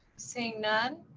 seeing none,